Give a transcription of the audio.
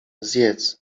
zjedz